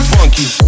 Funky